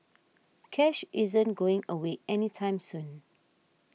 cash isn't going away any time soon